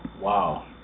Wow